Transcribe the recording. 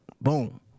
Boom